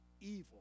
evil